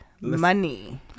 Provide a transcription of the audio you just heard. money